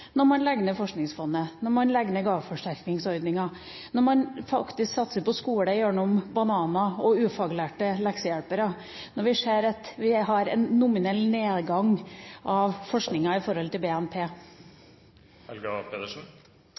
når man legger ned Forskningsfondet, når man legger ned gaveforsterkningsordningen, når man faktisk satser på skole gjennom bananer og ufaglærte leksehjelpere, og når vi ser at vi har en nominell nedgang i forskninga i forhold til BNP?